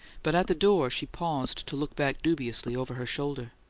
but at the door she paused to look back dubiously, over her shoulder.